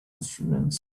assurance